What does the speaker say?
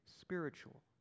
Spiritual